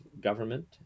government